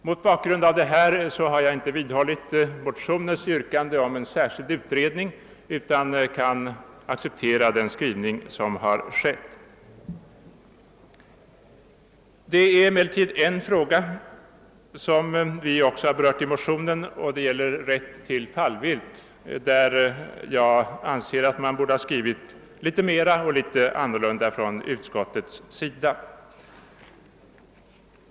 Mot bakgrund av detta har jag inte vidhållit motionsyrkandet om särskild utredning utan kan acceptera den skrivning som gjorts. Jag vill emellertid ta upp ytterligare en fråga — som vi också berört i motionerna — nämligen frågan om rätt till fallvilt. Jag anser att utskottet på denna punkt borde ha utformat sin skrivning något annorlunda.